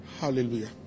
Hallelujah